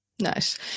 Nice